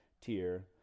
tier